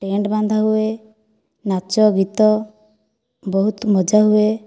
tent ବନ୍ଧା ହୁଏ ନାଚ ଗୀତ ବହୁତ ମଜା ହୁଏ